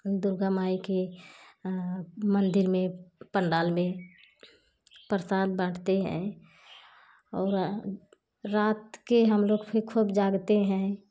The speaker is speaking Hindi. दुर्गा माँ के मंदिर में पंडाल में प्रसाद बांटते हैं और रात को हम लोग फिर खूब जागते हैं